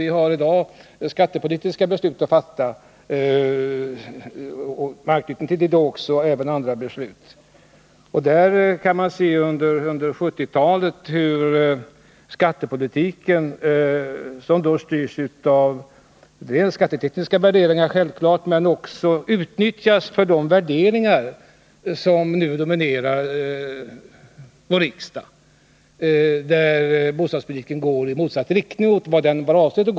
Vi har nu att fatta skattepolitiska beslut och i anknytning till dem även andra beslut. Man kan se hur skattepolitiken under 1970-talet har styrts av skattetekniska värderingar, och det är självklart, men den har också utnyttjats för de värderingar som nu dominerar vår riksdag. Bostadspolitiken förs på ett sätt som avviker mot vad som var avsikten.